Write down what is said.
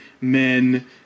men